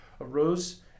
arose